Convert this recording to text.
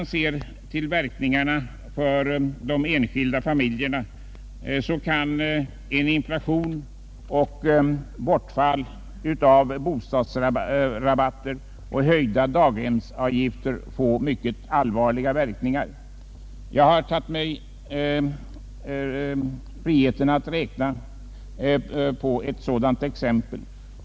För de enskilda familjerna kan inflationen, bortfall av bostadsrabatter och höjda daghemsavgifter få mycket allvarliga verkningar. Jag har tagit mig friheten att beräkna utfallet i ett sådant exempel.